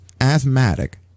asthmatic